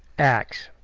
acts,